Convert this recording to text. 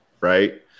Right